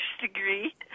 degree